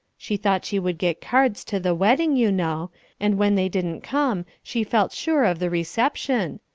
she thought she would get cards to the wedding, you know and when they didn't come she felt sure of the reception.